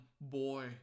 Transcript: boy